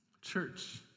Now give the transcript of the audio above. Church